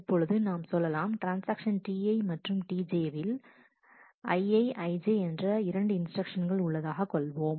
இப்பொழுது நாம் சொல்லலாம் ட்ரான்ஸ்ஆக்ஷன் Ti மற்றும் Tj வில் Ii Ij என்ற இரண்டு இன்ஸ்டிரக்ஷன்ஸ் உள்ளதாக கொள்வோம்